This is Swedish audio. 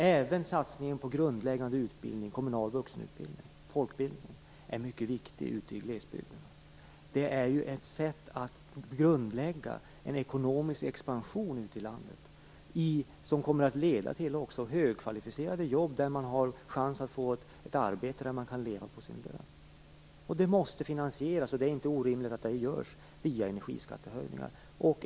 Även satsningen på grundläggande utbildning, kommunal vuxenutbildning, folkbildning är mycket viktig ute i glesbygderna. Det är ett sätt att grundlägga en ekonomisk expansion ute i landet, som kommer att leda till högkvalificerade jobb så att man har en chans att få ett arbete och leva på sin lön. Det måste finansieras, och det är inte orimligt att det görs via energiskattehöjningar.